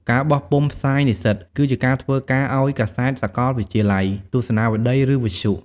ការបោះពុម្ពផ្សាយនិស្សិត គឺជាការធ្វើការឱ្យកាសែតសាកលវិទ្យាល័យ ទស្សនាវដ្តី ឬវិទ្យុ។